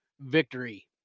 victory